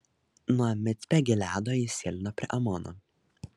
nuo micpe gileado jis sėlino prie amono